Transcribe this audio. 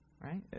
right